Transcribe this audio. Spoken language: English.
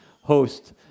host